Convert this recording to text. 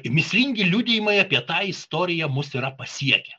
mįslingi liudijimai apie tą istoriją mus yra pasiekę